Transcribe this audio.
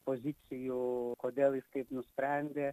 pozicijų kodėl jis taip nusprendė